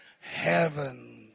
heaven